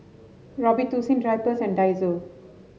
Robitussin Drypers and Daiso